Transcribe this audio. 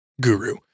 guru